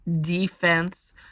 defense